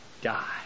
die